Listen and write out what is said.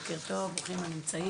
בוקר טוב, ברוכים הנמצאים.